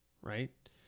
right